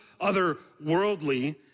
otherworldly